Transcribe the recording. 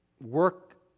Work